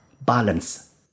balance